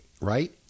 right